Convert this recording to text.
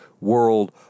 World